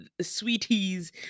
sweeties